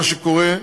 מה שקורה,